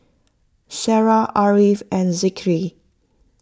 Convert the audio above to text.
Sarah Ariff and Zikri